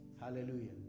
Hallelujah